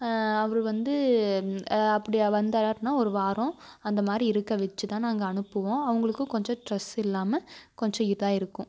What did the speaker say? அவரு வந்து அப்படி வந்தாரனா ஒரு வாரம் அந்த மாதிரி இருக்க வச்சுதான் நாங்கள் அனுப்புவோம் அவங்களுக்கும் கொஞ்சம் ட்ரெஸ் இல்லாமல் கொஞ்சம் இதாக இருக்கும்